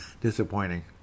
Disappointing